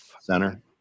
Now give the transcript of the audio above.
center